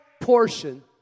portion